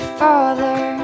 father